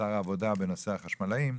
לשר העבודה בנושא החשמלאים,